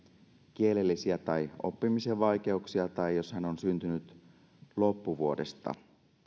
kielellisiä tai oppimisen vaikeuksia tai jos hän on syntynyt loppuvuodesta